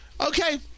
Okay